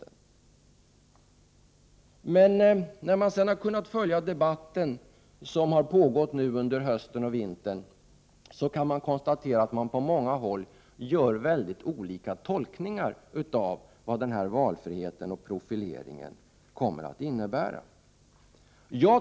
När jag sedan har följt den debatt som har pågått under hösten och vintern har jag kunnat konstatera att det på många håll görs olika tolkningar av vad valfriheten och profileringen kommer att innebära.